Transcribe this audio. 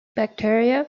bacteria